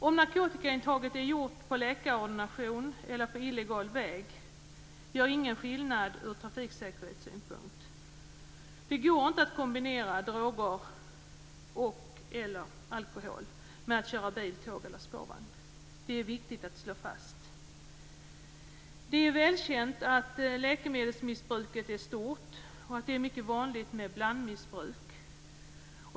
Om narkotikaintaget är gjort på läkarordination eller på illegal väg gör ingen skillnad ur trafiksäkerhetssynpunkt. Det går inte att kombinera droger och/eller alkohol med att köra bil, tåg eller spårvagn. Det är viktigt att slå fast. Det är välkänt att läkemedelsmissbruket är stort och att det är mycket vanligt med blandmissbruk.